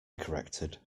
corrected